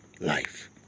life